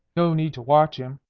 no need to watch him.